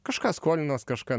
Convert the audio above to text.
kažką skolinas kažką